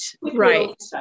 Right